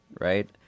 right